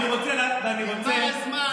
אני רוצה, נגמר הזמן, נגמר הזמן.